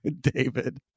David